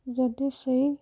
ଯଦି ସେଇ